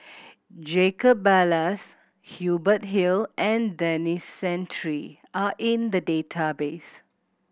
Jacob Ballas Hubert Hill and Denis Santry are in the database